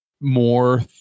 more